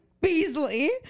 Beasley